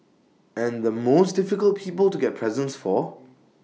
and the most difficult people to get presents for